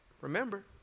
Remember